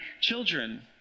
children